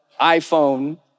iPhone